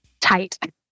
tight